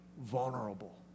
vulnerable